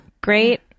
Great